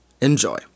Enjoy